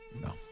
no